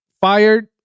fired